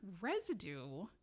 residue